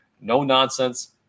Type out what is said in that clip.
no-nonsense